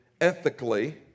ethically